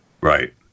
Right